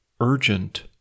urgent